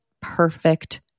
perfect